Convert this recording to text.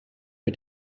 mit